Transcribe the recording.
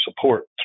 support